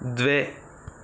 द्वे